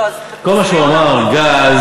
כל מה שהוא אמר: גז,